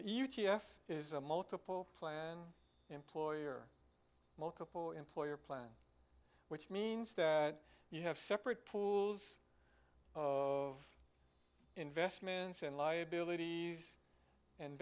standpoint is a multiple plan employer multiple employer plan which means that you have separate pool of investments and liabilities and